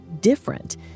different